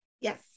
Yes